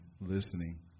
listening